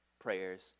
prayers